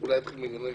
לא חדש בעולם הזה,